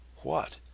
what,